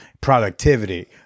productivity